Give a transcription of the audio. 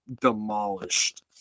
demolished